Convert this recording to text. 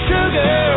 Sugar